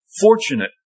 fortunate